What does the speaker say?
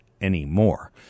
anymore